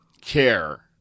care